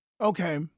Okay